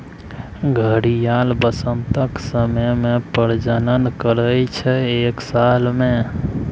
घड़ियाल बसंतक समय मे प्रजनन करय छै एक साल मे